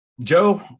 Joe